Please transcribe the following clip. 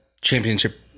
championship